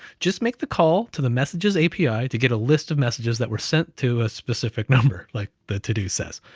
just make the call to the messages api to get a list of messages that were sent to a specific number. like the to-do says.